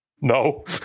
no